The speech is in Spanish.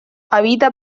habita